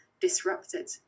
disrupted